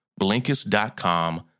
Blinkist.com